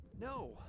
no